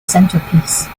centrepiece